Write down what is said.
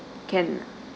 can